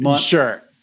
Sure